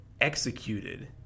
executed